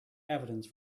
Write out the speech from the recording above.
evidence